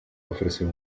ofrecen